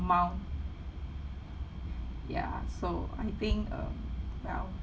amount ya so I think um well